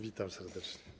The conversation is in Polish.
Witam serdecznie.